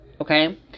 Okay